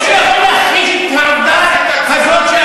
מישהו יכול להכחיש את העובדה הזאת שאמרתי?